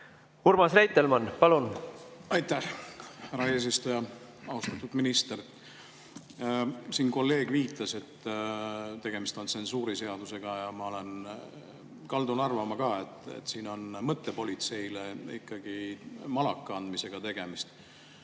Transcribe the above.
Urmas Reitelmann, palun! Aitäh, härra eesistuja! Austatud minister! Siin kolleeg viitas, et tegemist on tsensuuriseadusega, ja ma kaldun arvama ka, et siin on mõttepolitseile ikkagi malaka andmisega tegemist.